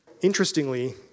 Interestingly